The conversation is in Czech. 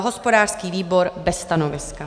Hospodářský výbor bez stanoviska.